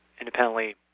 independently